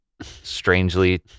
strangely